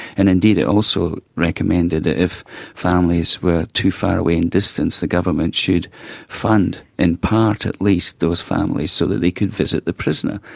and indeed it also recommended if families were too far away in distance the government should fund in part at least those families so that they could visit the prisoner.